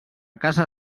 casa